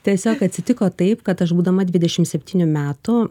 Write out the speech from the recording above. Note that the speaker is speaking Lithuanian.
tiesiog atsitiko taip kad aš būdama dvidešim septynių metų